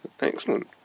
Excellent